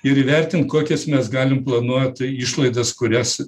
ir įvertint kokias mes galim planuot išlaidas kurias